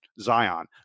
Zion